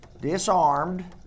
Disarmed